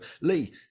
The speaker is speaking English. Lee